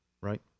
Right